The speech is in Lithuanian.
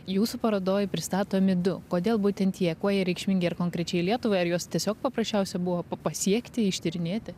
jūsų parodoj pristatomi du kodėl būtent jie kuo jie reikšmingi ir konkrečiai lietuvai ar juos tiesiog paprasčiausia buvo papasiekti ištyrinėti